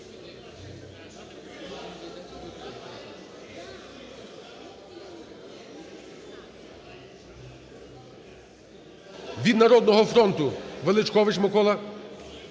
Від "Народного фронту"Величкович Микола.